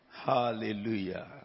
Hallelujah